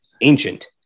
ancient